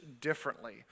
differently